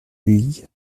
huyghe